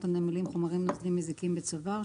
הנמלים חומרים נוזלים מזיקים בצובר,